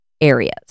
areas